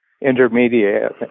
intermediate